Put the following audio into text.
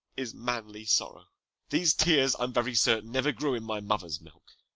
is manly sorrow these tears, i am very certain, never grew in my mother's milk.